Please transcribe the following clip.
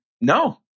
no